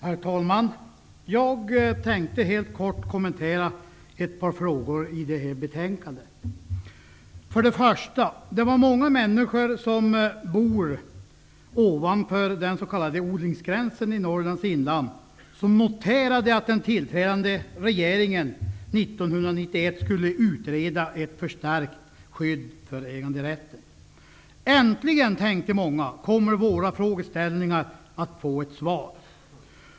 Herr talman! Jag vill helt kort kommentera ett par frågor i detta betänkande. Det var många människor som bor ovanför den s.k. odlingsgränsen i Norrlands inland som noterade att den tillträdande regeringen 1991 skulle utreda ett förstärkt skydd för äganderätten. Äntligen, tänkte många, kommer våra frågor att få ett svar.